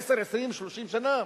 עשר, 20, 30 שנה?